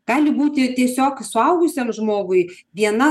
gali būti tiesiog suaugusiam žmogui viena